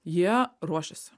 jie ruošiasi